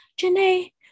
Janae